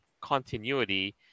continuity